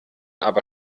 aber